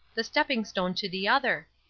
the stepping stone to the other.